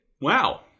Wow